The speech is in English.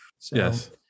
Yes